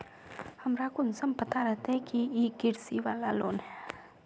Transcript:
हमरा कुंसम पता रहते की इ कृषि वाला लोन है?